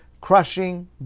crushing